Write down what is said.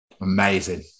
amazing